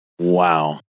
Wow